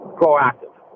proactive